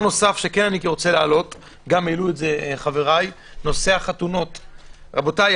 לגבי החתונות,